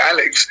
Alex